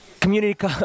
Community